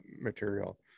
material